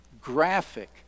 graphic